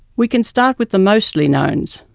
we can start with the mostly knowns.